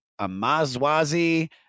Amazwazi